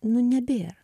nu nebėra